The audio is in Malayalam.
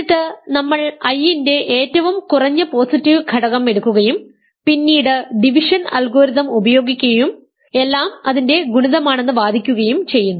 എന്നിട്ട് നമ്മൾ I ൻറെ ഏറ്റവും കുറഞ്ഞ പോസിറ്റീവ് ഘടകം എടുക്കുകയും പിന്നീട് ഡിവിഷൻ അൽഗോരിതം ഉപയോഗിക്കുകയും എല്ലാം അതിന്റെ ഗുണിതമാണെന്ന് വാദിക്കുകയും ചെയ്യുന്നു